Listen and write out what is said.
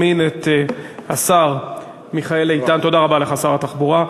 תודה רבה לך, שר התחבורה.